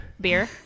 beer